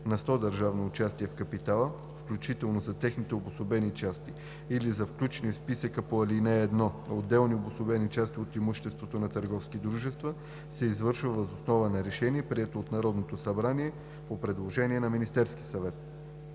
на сто държавно участие в капитала, включително за техните обособени части или за включени в списъка по ал. 1 отделни обособени части от имуществото на търговски дружества, се извършва въз основа на решение, прието от Народното събрание по предложение на Министерския съвет.